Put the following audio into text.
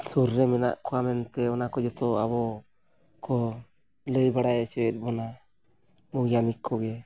ᱥᱩᱨ ᱨᱮ ᱢᱮᱱᱟᱜ ᱠᱚᱣᱟ ᱢᱮᱱᱛᱮ ᱚᱱᱟ ᱠᱚ ᱡᱚᱛᱚ ᱟᱵᱚ ᱠᱚ ᱞᱟᱹᱭ ᱵᱟᱲᱟ ᱦᱚᱪᱚᱭᱮᱫ ᱵᱚᱱᱟ ᱵᱳᱭᱜᱟᱱᱤᱠ ᱠᱚᱜᱮ